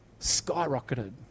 skyrocketed